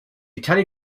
italian